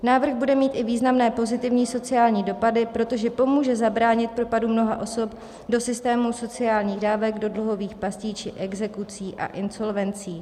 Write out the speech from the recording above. Návrh bude mít i významné pozitivní sociální dopady, protože pomůže zabránit propadům mnoha osob do systému sociálních dávek, do dluhových pastí či exekucí a insolvencí.